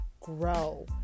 Grow